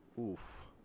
Oof